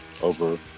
over